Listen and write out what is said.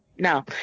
No